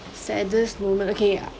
saddest moment okay